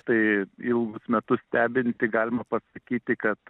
tai ilgus metus stebinti galima pasakyti kad